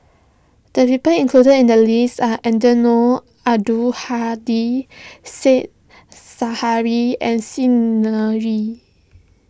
the leopard included in the list are Eddino Abdul Hadi Said Zahari and Xi Ni Er